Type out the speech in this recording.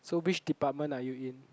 so which department are you in